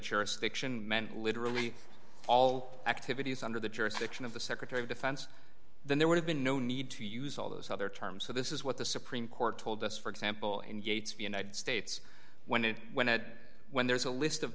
jurisdiction meant literally all activity is under the jurisdiction of the secretary of defense then there would have been no need to use all those other terms so this is what the supreme court told us for example in gates of united states when it when it when there's a list of